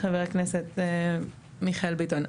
חבר הכנסת מיכאל ביטון,